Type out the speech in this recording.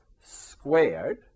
squared